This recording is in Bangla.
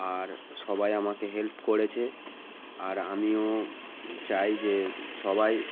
আর সবাই আমাকে হেল্প করেছে আর আমিও চাই যে সবাই